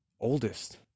oldest